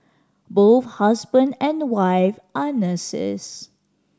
both husband and wife are nurses